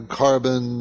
carbon